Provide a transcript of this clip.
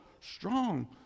strong